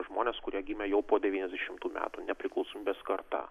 žmonės kurie gimę jau po devyniasdešimtų metų nepriklausomybės karta